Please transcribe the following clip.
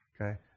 Okay